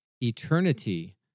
Eternity